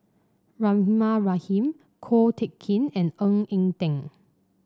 Rahimah Rahim Ko Teck Kin and Ng Eng Teng